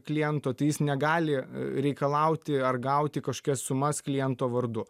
kliento tai jis negali reikalauti ar gauti kažkokias sumas kliento vardu